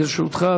לרשותך,